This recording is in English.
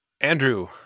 Andrew